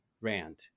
Rand